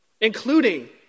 including